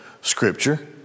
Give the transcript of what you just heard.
scripture